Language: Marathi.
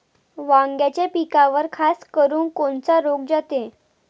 वांग्याच्या पिकावर खासकरुन कोनचा रोग जाते?